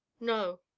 No